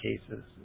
cases